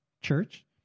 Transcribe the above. church